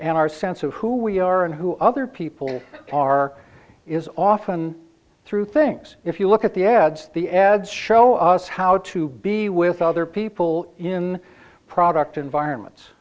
and our sense of who we are and who other people are is often through things if you look at the ads the ads show us how to be with other people in product environments